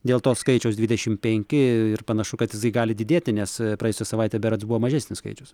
dėl to skaičiaus dvidešim penki ir panašu kad jisai gali didėti nes praėjusią savaitę berods buvo mažesnis skaičius